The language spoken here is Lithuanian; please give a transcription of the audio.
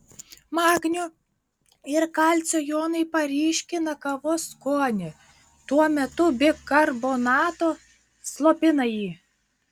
magnio ir kalcio jonai paryškina kavos skonį tuo metu bikarbonato slopina jį